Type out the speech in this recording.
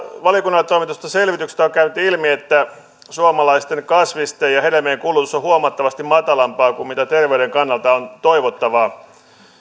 valiokunnalle toimitetusta selvityksestä on käynyt ilmi että suomalaisten kasvisten ja hedelmien kulutus on huomattavasti matalampaa kuin mitä terveyden kannalta on toivottavaa